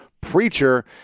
preacher